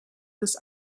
this